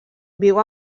viu